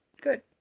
good